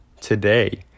today